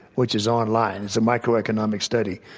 which is online. it's a microeconomic study.